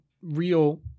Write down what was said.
real